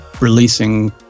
releasing